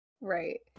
right